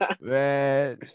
Man